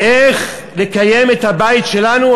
איך לקיים את הבית שלנו?